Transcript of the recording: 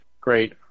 great